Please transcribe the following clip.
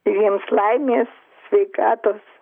jiems laimės sveikatos